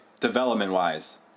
Development-wise